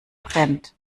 brennt